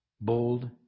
Bold